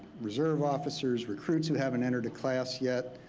reserve officers, recruits that haven't entered a class yet.